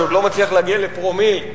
שעוד לא מצליח להגיע לפרומיל מתקציב המדינה,